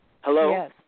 Hello